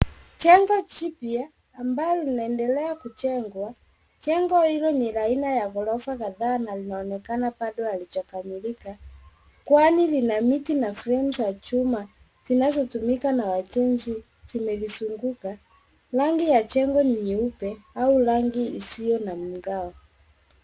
Jengo jipya ambalo linaendelea kujengwa. Jengo hilo ni la aina ya ghorofa kadhaa na linaonekana bado halijakamilika kwani lina miti na fremu za chuma, zinazotumika na wajenzi zimelizunguka . Rangi ya jengo ni nyeupe au rangi isiyo na mgao.